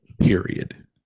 period